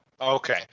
okay